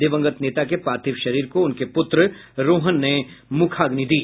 दिवंगत नेता के पार्थिव शरीर को उनके पूत्र रोहण ने मुखाग्नि दी